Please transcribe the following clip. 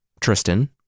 Tristan